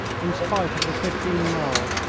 in spite of the fifteen miles,